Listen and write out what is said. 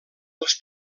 els